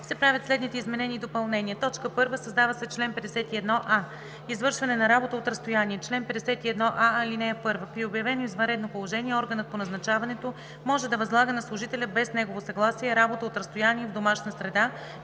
правят следните изменения и допълнения: „1. Създава се чл. 51а: „Извършване на работа от разстояние Чл. 51а. (1) При обявено извънредно положение органът по назначаването може да възлага на служителя без негово съгласие работа от разстояние в домашна среда,